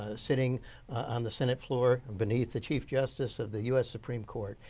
ah sitting on the senate floor beneath the chief justice of the u. s. supreme court.